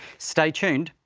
stay tuned.